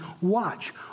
Watch